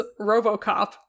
RoboCop